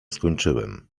skończyłem